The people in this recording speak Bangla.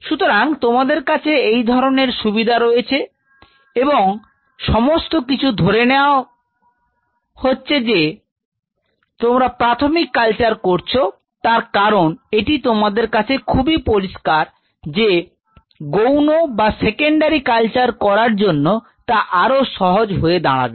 সুতরাং তোমাদের কাছে এই ধরনের সুবিধা রয়েছে এবং সমস্ত কিছু ধরে নেয়া হচ্ছে যে তোমরা প্রাথমিক কালচার করছো তার কারণ এটি তোমাদের কাছে খুবই পরিষ্কার যে গৌণ বা সেকেন্ডারি কালচার করার জন্য তা আরও সহজ হয়ে দাঁড়াবে